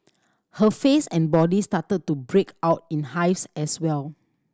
her face and body started to break out in hives as well